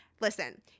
Listen